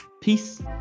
Peace